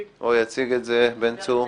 יציג את זה בן צור.